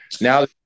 now